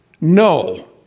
no